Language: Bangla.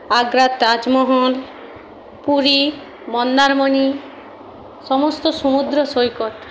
আগ্রার তাজমহল পুরী মন্দারমনি সমস্ত সমুদ্র সৈকত